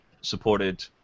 supported